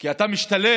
כי אתה משתלט